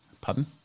Pardon